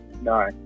no